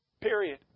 period